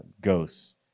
ghosts